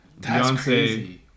Beyonce